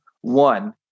One